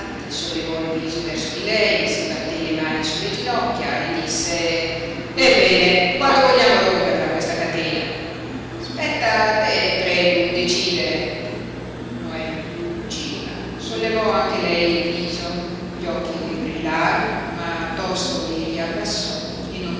sollevò il viso verso di lei si batté le mani sulle ginocchia e disse ebbene quando vogliamo romperla questa catena spetta a te predu decidere noemi cuciva sollevò anche lei il viso gli occhi le brillarono ma tosto li riabbassò